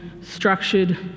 structured